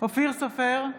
אופיר סופר,